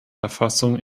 erfassung